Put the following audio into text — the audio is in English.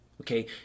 Okay